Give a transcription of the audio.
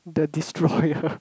the destroyer